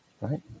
right